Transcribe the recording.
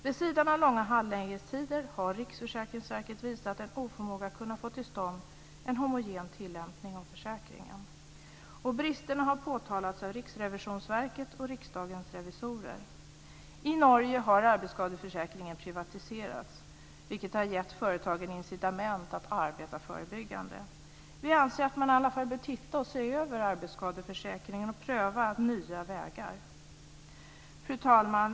Vid sidan av långa handläggningstider har Riksförsäkringsverket visat en oförmåga att kunna få till stånd en homogen tillämpning av försäkringen. Bristerna har påtalats av Riksrevisionsverket och Riksdagens revisorer. I Norge har arbetsskadeförsäkringen privatiserats, vilket har gett företagen incitament att arbeta förebyggande. Vi anser att man i alla fall bör se över arbetsskadeförsäkringen och pröva nya vägar. Fru talman!